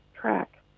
track